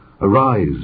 Arise